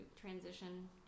transition